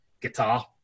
guitar